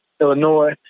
Illinois